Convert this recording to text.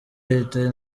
leta